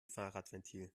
fahrradventil